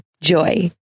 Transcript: Joy